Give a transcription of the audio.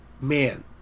man